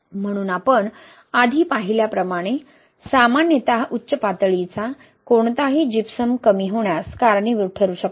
म्हणून आपण आधी पाहिल्याप्रमाणे सामान्यत उच्च पातळीचा कोणताही जिप्सम कमी होण्यास कारणीभूत ठरू शकतो